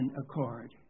accord